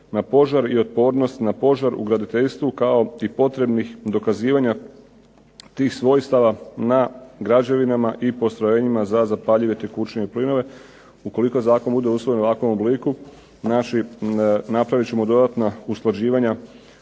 na požar i otpornost na požar u graditeljstvu kao i potrebnih dokazivanja tih svojstava na građevinama i postrojenjima za zapaljive tekućine i plinove. Ukoliko zakon bude usvojen u ovakvom obliku napravit ćemo dodatna usklađivanja